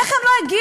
איך הם לא הגיעו,